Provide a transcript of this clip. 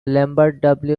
lambert